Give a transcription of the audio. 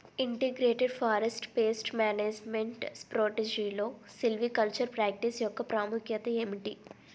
Integrated forest pest management స్ట్రాటజీలో silvicultural practice యెక్క ప్రాముఖ్యత ఏమిటి??